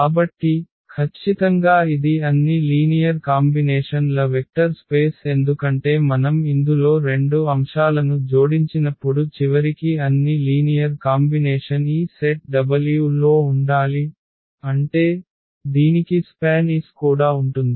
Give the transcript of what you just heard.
కాబట్టి ఖచ్చితంగా ఇది అన్ని లీనియర్ కాంబినేషన్ ల వెక్టర్ స్పేస్ ఎందుకంటే మనం ఇందులో రెండు అంశాలను జోడించినప్పుడు చివరికి అన్ని లీనియర్ కాంబినేషన్ ఈ సెట్ w లో ఉండాలి అంటే దీనికి SPAN S కూడా ఉంటుంది